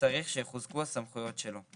צריך שיחוזקו הסמכויות שלו.